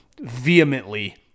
vehemently